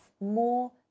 more